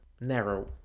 narrow